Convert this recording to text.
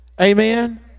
amen